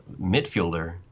midfielder